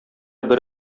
бер